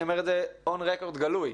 אני אומר את זה און רקורד גלוי.